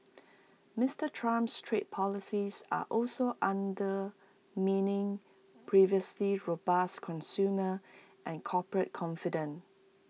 Mister Trump's trade policies are also undermining previously robust consumer and corporate confidence